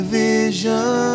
vision